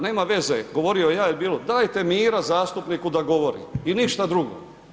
Nema veze, govorio ja ili bilo tko, dajte mira zastupniku da govori i ništa drugo.